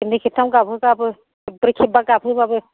खेबनै खेबथाम गाबहोबाबो खेबब्रै खेबबा गाबहोबाबो